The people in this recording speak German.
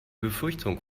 befürchtung